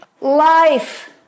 life